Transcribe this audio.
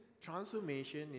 transformation